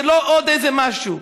זה לא עוד איזה משהו,